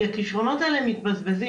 כי הכשרונות האלה פשוט מתבזבזים,